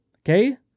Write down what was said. Okay